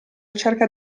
cerca